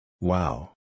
Wow